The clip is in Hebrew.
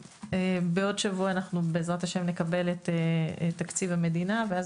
שבעוד שבוע בעזרת ה' נקבל את תקציב המדינה ואז